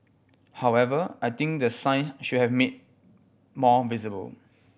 however I think the sign should have made more visible